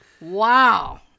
Wow